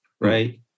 right